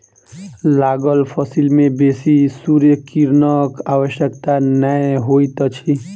लागल फसिल में बेसी सूर्य किरणक आवश्यकता नै होइत अछि